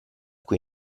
cui